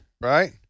right